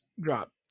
drop